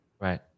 Right